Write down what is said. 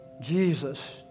Jesus